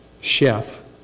chef